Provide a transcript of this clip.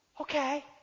Okay